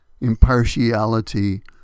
impartiality